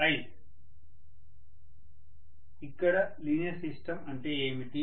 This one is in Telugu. విద్యార్థి ఇక్కడ లీనియర్ సిస్టం అంటే ఏమిటి